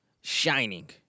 shining